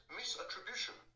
misattribution